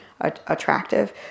attractive